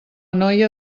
noia